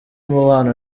mubano